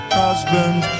husband